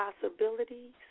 possibilities